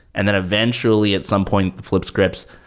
and then eventually at some point, flip scripts,